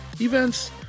events